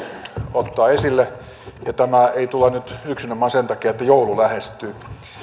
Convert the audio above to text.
ottaa esille ja tämä ei tule nyt yksinomaan sen takia että joulu lähestyy